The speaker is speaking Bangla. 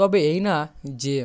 তবে এই না যে